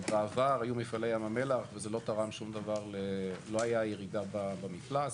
שבעבר היו מפעלי ים המלח וזה היה ירידה במפלס